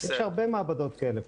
יש הרבה מעבדות כאלה פה.